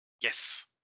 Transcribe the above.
Yes